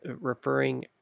referring